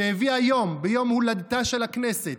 שהביא היום, ביום הולדתה של הכנסת,